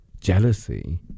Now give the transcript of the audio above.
jealousy